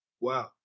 Wow